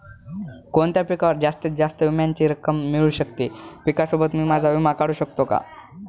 कोणत्या पिकावर जास्तीत जास्त विम्याची रक्कम मिळू शकते? पिकासोबत मी माझा विमा काढू शकतो का?